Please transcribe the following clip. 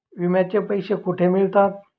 विम्याचे पैसे कुठे मिळतात?